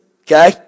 Okay